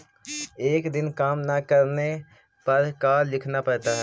एक दिन काम न करने पर का लिखना पड़ता है?